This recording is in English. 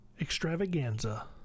Extravaganza